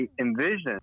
envision